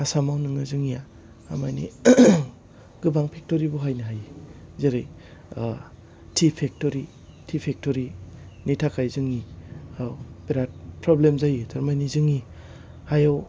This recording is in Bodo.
आसामयाव नोङो जोंनिया थामानि गोबां फेक्टरि बहायनो हायो जेरै ओह टि फेक्टरि टि फेक्टरिनि थाखाय जोंनिआव बेराद फ्रब्लेम जायो थारमानि जोंनि हायाव